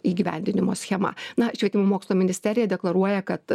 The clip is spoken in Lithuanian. įgyvendinimo schema na švietimo mokslo ministerija deklaruoja kad